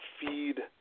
feed